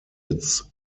its